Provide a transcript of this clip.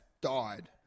died